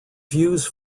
views